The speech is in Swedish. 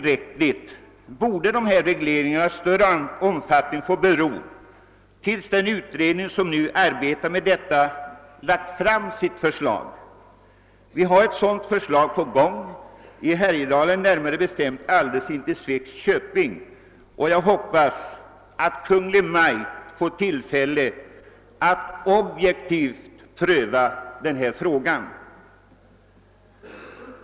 Regleringar av större omfattning borde därför anstå tills den utredning som nu arbetar härmed har lagt fram sitt förslag. Ett företag av denna art är på gång i Härjedalen, alldeles intill Svegs köping, och jag hoppas att Kungl. Maj:t får tillfälle att objektivt pröva den frågan. Herr talman!